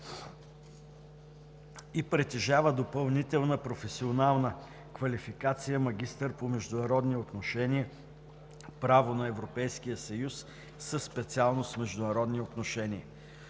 и притежава допълнителна професионална квалификация „Магистър по международни отношения – право на Европейския съюз“ със специалност „Международни отношения“.